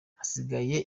hasigaye